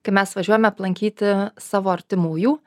kai mes važiuojame aplankyti savo artimųjų